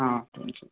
thank you